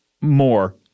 more